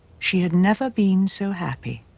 she had never been so happy.